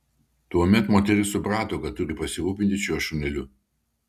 tuomet moteris suprato kad turi pasirūpinti šiuo šuneliu